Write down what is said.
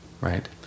Right